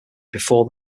before